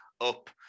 up